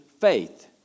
faith